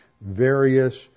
various